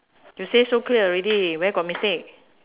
you say so clear already where got mistake